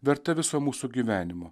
verta viso mūsų gyvenimo